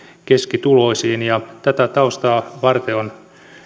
keskituloisiin tätä taustaa vasten on